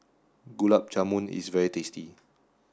Gulab Jamun is very tasty